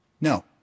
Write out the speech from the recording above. no